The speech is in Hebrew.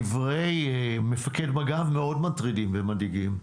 דברי מפקד מג"ב מאוד מטרידים ומדאיגים.